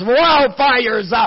wildfires